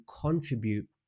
contribute